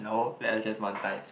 no that's just one time